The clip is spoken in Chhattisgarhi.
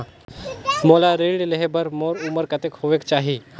मोला ऋण लेहे बार मोर उमर कतेक होवेक चाही?